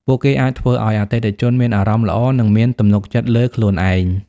ពួកគេអាចធ្វើឱ្យអតិថិជនមានអារម្មណ៍ល្អនិងមានទំនុកចិត្តលើខ្លួនឯង។